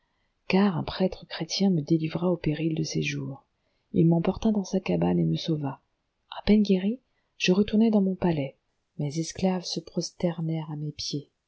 car un prêtre chrétien me délivra au péril de ses jours il m'emporta dans sa cabane et me sauva à peine guéri je retournai dans mon palais mes esclaves se prosternèrent à mes pieds